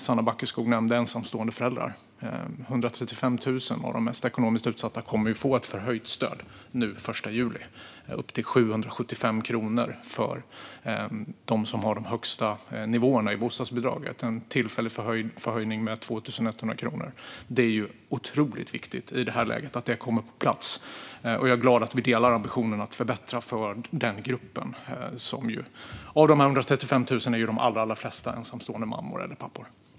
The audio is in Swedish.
Sanna Backeskog nämnde ensamstående föräldrar, och 135 000 av de mest ekonomiskt utsatta får i och med detta ett höjt stöd med upp till 775 kronor för dem som har högst nivåer i bostadsbidraget till 2 100 kronor. Det är otroligt viktigt att detta nu kommer på plats, och jag är glad att vi delar ambitionen att förbättra för denna grupp. Av dessa 135 000 är ju de flesta ensamstående mammor eller pappor.